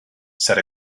said